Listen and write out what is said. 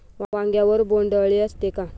वांग्यावर बोंडअळी असते का?